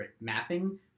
mapping